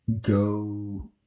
go